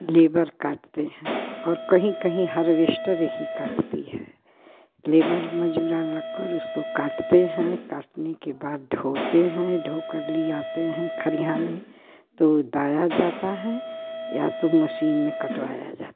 labour काटते हैं और कहीं कहीं हारवेष्टर ही काटती है लेबर मजूरा लग कर उसको काटते हैं काटने के बाद ढोते हैं ढो कर ले आते हैं खलिहान में तो दाया जाता है या तो मशीन में काटवाया जाता है